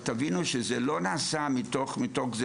תבינו שזה לא נעשה מתוך זה